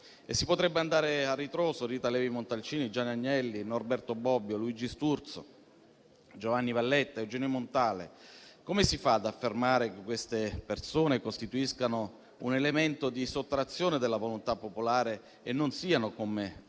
Si potrebbe andare a ritroso ricordando Rita Levi Montalcini, Gianni Agnelli, Norberto Bobbio, Luigi Sturzo, Giovanni Valletta, Eugenio Montale. Come si fa ad affermare che queste persone costituiscano un elemento di sottrazione della volontà popolare e non siano, come appunto